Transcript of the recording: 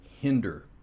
hinder